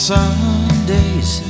Sundays